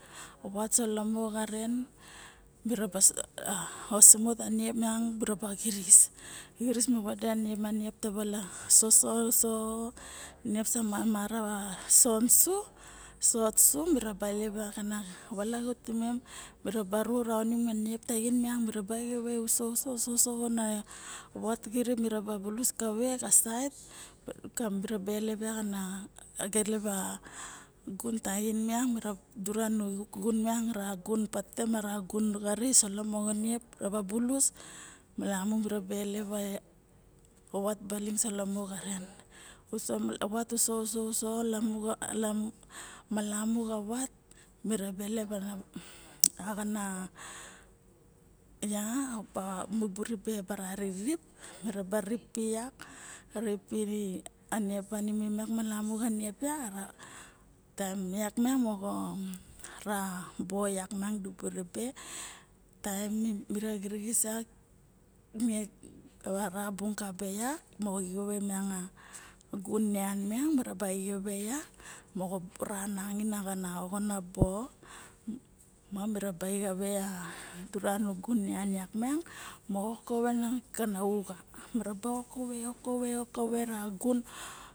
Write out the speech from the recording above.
Wat so lamam xaren miraba osumot a niep miang miraba xirixis miraba vade niep miang taba sosot uso niep sama ra sot su miraba elep yak ana velegu timem miraba ru raonim a niep miang miraba exave uso uso xana vat kirip uso xa saet miraba elep yak ana gun taxin miang dura nu gun taxin miangdura nu gun taxin miang ma ra gun patete mara gun xary uso lamo xa niep mo bulus malamu miraba elep a vat baling uso lamo xaren uso uso malamu xa vat miraba elep ana axana ya mubu rebe bara ririp miraba ririp pi yak ririp pi a niep tanimem malamu xa niep tanimem yak ne taem yak meng moxo ra bo yak miang dibu ribe taem mira xirixis yak xa ra bung kabe yak moxo exave miang a gun nian miang moxo ra nangain ana oxona bo ma miraba exave dura na gun nian miang moxo kove nanagain kana uxa miraba oxave okave ra gun